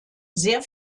sehr